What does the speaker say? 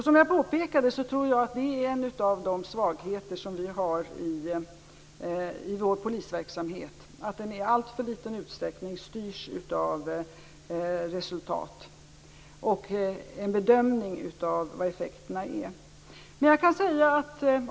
Som jag påpekade är en av de svagheter som vi har i vår polisverksamhet att den i alltför liten utsträckning styrs av resultat och att det inte görs tillräckliga bedömningar av vilka effekterna blir.